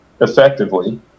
effectively